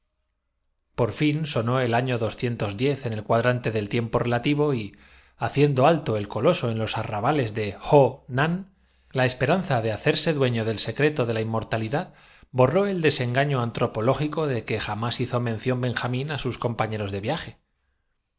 por fin sonó el año en el cuadrante del tiempo momento en que los de la puerta tiguriana vencedo relativo y haciendo alto el coloso en los arrabales de res de los de la poterna de sommovico los persiguie ho nan la esperanza de hacerse dueño del secreto de ron hasta dar cuenta de la mitad del opuesto campo la inmortalidad borró el desengaño antropológico de esto no reza conmigo dijo para su capote el jamás hizo mención benjamín á sus compañeros que viajero